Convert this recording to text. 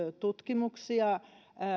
tutkimuksia